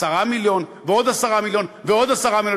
10 מיליון ועוד 10 מיליון ועוד 10 מיליון,